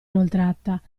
inoltrata